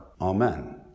Amen